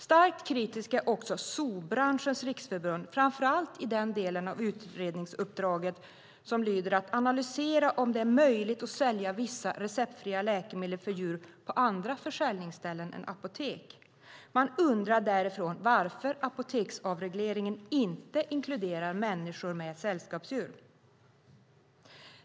Starkt kritiskt är också Zoobranschens Riksförbund, framför allt i den delen av utredningsuppdraget som lyder "att analysera om det bör vara möjligt att sälja vissa receptfria läkemedel för djur på andra försäljningsställen än apotek". Man undrar varför apoteksavregleringen inte inkluderar människor med sällskapsdjur?